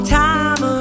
time